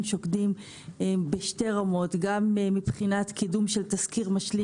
שוקדים בשתי רמות גם מבחינת קידום של תזכיר משלים